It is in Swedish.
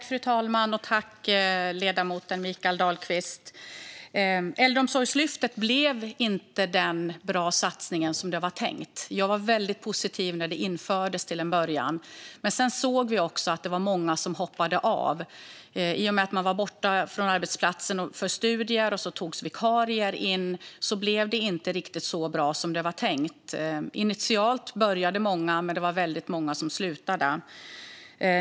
Fru talman! Jag tackar ledamoten Mikael Dahlqvist. Äldreomsorgslyftet blev inte en så bra satsning som det var tänkt. Jag var väldigt positiv till en början när det infördes. Men sedan såg vi att det var många som hoppade av. I och med att man var borta från arbetsplatsen för studier och vikarier togs in blev det inte riktigt så bra som det var tänkt. Initialt var det många som började, men det var sedan väldigt många som slutade.